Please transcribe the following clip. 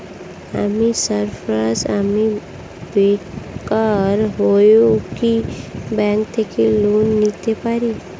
আমি সার্ফারাজ, আমি বেকার হয়েও কি ব্যঙ্ক থেকে লোন নিতে পারি?